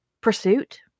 pursuit